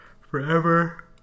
forever